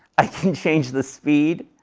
i can change the speed.